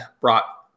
brought